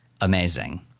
amazing